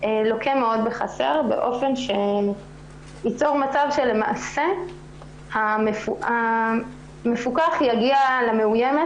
לוקה מאוד בחסר באופן שייצור מצב שלמעשה המפוקח יגיע למאוימת